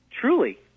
truly